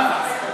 בדיוק.